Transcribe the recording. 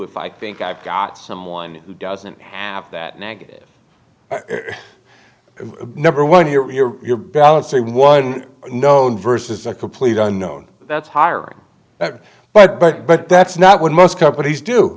if i think i've got someone who doesn't have that negative number one here you're balancing one node versus a complete unknown that's hiring but but but that's not what most companies do